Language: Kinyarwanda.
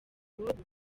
bubaka